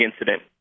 incident